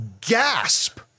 gasp